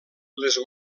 les